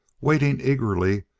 waiting eagerly,